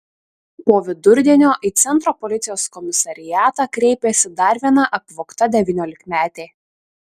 po vidurdienio į centro policijos komisariatą kreipėsi dar viena apvogta devyniolikmetė